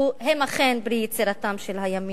הם אכן פרי יצירתם של הימין.